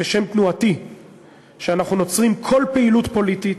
בשם תנועתי שאנחנו נוצרים כל פעילות פוליטית,